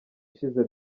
ishize